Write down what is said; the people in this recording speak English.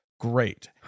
Great